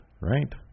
right